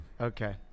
Okay